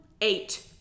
eight